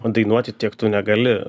o dainuoti tiek tu negali